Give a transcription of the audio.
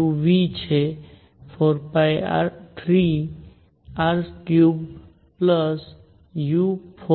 u V છે 4π3r3u4πr2r u34πr2rઠીક છે